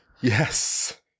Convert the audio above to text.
Yes